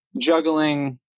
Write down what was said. juggling